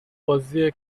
بازی